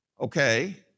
Okay